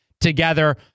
together